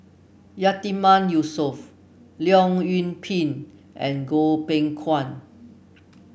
Yatiman Yusof Leong Yoon Pin and Goh Beng Kwan